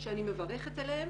שאני מברכת עליהם.